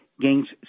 gains